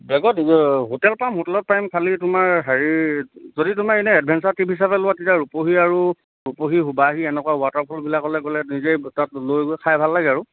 hotel পাম হোটেলত পাইম খালি তোমাৰ হেৰি যদি তোমাৰ এনেই এডভেঞ্চাৰ ট্ৰিপ হিাপে লোৱা তেতিয়া ৰূপহী আৰু ৰূপহী সুবাহি এনেকুৱা ৱাটাৰফলবিলাকলে গ'লে নিজেই তাত লৈ গৈ খাই ভাল লাগে আৰু